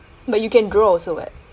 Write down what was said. but you can draw also [what]